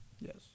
Yes